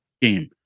game